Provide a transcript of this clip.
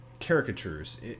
caricatures